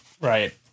Right